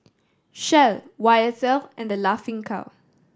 Shell Y S L and The Laughing Cow